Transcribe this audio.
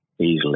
easily